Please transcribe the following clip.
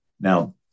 Now